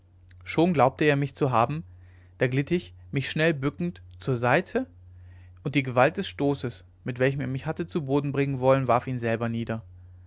schon glaubte er mich zu haben da glitt ich mich schnell bückend zur seite und die gewalt des stoßes mit welchem er mich hatte zu boden bringen wollen warf ihn selber nieder